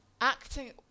Acting